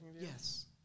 Yes